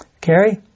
Carrie